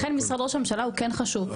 לכן משרד ראש הממשלה הוא כן חשוב פה,